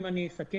אם אני אסכם,